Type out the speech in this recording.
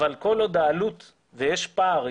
אבל כל עוד העלות ויש פער,